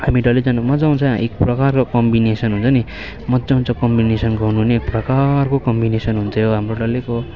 हामी डल्लैजना मज्जा आउँछ एक प्रकारको कम्बिनेसन हुन्छ नि मज्जा आउँछ कम्बिनेसन गर्नु नै एक प्रकारको कम्बिनेसन हुन्थ्यो हाम्रो डल्लैको